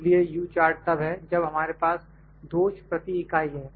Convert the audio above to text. इसलिए U chart तब है जब हमारे पास दोष प्रति इकाई है